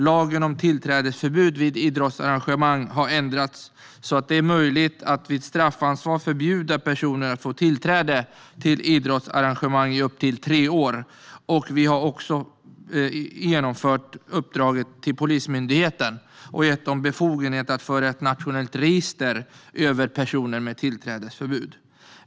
Lagen om tillträdesförbud vid idrottsarrangemang har ändrats så att det är möjligt att vid straffansvar förbjuda personer att få tillträde till idrottsarrangemang i upp till tre år. Vi har genomfört uppdraget till Polismyndigheten och gett den befogenhet att föra ett nationellt register över personer med tillträdesförbud.